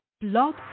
Blog